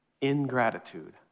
Ingratitude